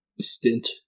stint